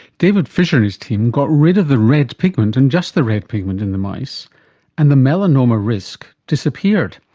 david fisher and his team got rid of the red pigment and just the red pigment in the mice and the melanoma risk disappeared.